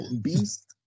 Beast